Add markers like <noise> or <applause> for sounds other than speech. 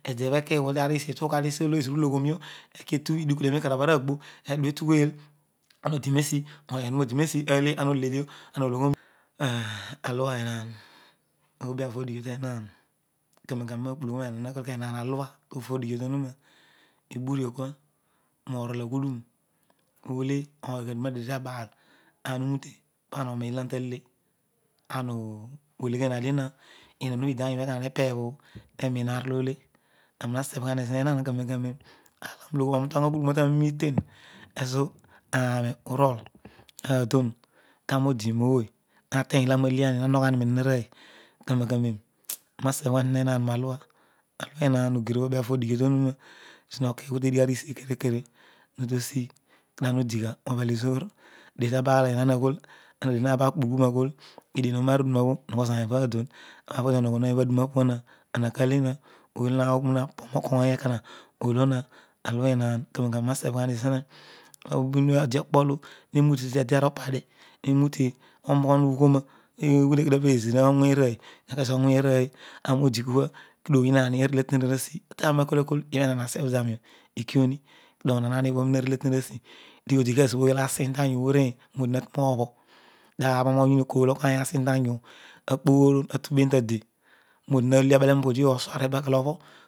Edebho ekighu tari si itugha tesiolo esira uloghoro io ekietu idikudio mi karagh aroogbo edua etughel ana odimesi ony owuma odiroesi ale analedio ama olaghanio <unintelligible> alua enaan oobiavo odighi obho temaan kanen kanem ani na gbulughu menaan hakol kua enaan alua tavo odighiobho touuroa iburwkua norolaghudun ole oghadie tabaal ana unute pana oroin ila ana tale ana oleghenadiowa <hesitation> inun obho idi tayu ekoma mepebh obho men aar olo ole aami na segh ghani zima enaan karoero kanen aar olo aan uloghon aan utueroa ghudon obho tani tanen olo iten ezo aami urol aardon kani odi mooy ateny ilo aani naleni ma moghoani ninonarooy kanen kanen aani nasebhgha zina enaan ma alua alua ehaan ogir oobi avo bho to nu na <hesitation> esi no kighute digha risi kere kere kutosi ana odigha mo bhel ezoor adietabaal enaan aghol adienabaal kpukpulughu na ghol edian oonoarudum abho mogho zezaal nibhadon odipo mgho onuna ibha aduna opobho na ama kale na ooy olo ughel na pomo kany ekona oloma alua enaan kanen kanen aani nasebhgha ni zima <unintelligible> ediokpolo menute tediaropadi. emute mrooghon mugho̠no̠ <hesitation> kedio pezira awony arooy ezor awony arooy arol odi kia kedio onyi ani arele aten aruasi tah arol ma kool nakool uenaan asebh zarol obho ikiomi kedi onon amobhor arele owuasi odioikezobooy olo asin tayu orein modi matu roobho kedio aban onyi okol okany asin tayuobho agborom atuben tade modi ale abele podi osuar tepakele obhor